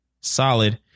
solid